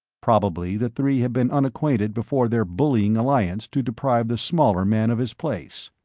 probably the three had been unacquainted before their bullying alliance to deprive the smaller man of his place.